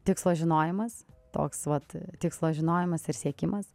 tikslo žinojimas toks vat tikslo žinojimas ir siekimas